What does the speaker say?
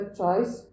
choice